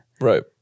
Right